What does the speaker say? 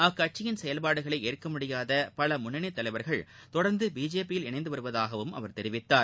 அக்கட்சியின் செயல்பாடுகளை ஏற்கமுடியாத பல முன்னணி தலைவர்கள் தொடர்ந்து பிஜேபியில் இணைந்து வருவதாகவும் அவர் தெரிவித்தார்